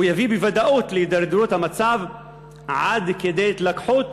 הוא יביא בוודאות להידרדרות המצב עד כדי התלקחות